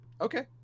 Okay